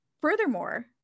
Furthermore